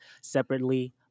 separately